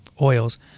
oils